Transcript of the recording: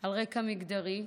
על רקע מגדרי.